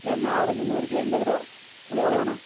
இல்லைம்மா ஆரெஞ்ச் வந்து ஒரு கிலோ எண்பதுருவா உங்களுக்கு எவ்வளோ வேணும்